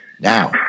Now